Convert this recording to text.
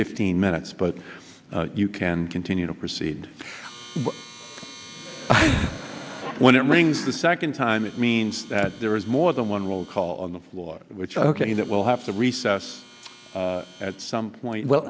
fifteen minutes but you can continue to proceed when it rings the second time it means that there is more than one roll call on the floor which ok that will have to recess at some point well